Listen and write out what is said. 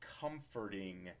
comforting